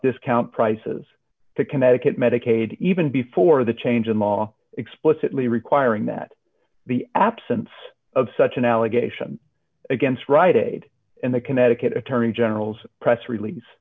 discount prices to connecticut medicaid even before the change in law explicitly requiring that the absence of such an allegation against rite aid and the connecticut attorney general's press release